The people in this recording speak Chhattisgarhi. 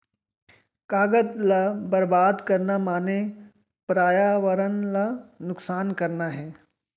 कागद ल बरबाद करना माने परयावरन ल नुकसान करना हे